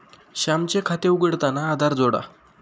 श्यामचे खाते उघडताना आधार जोडा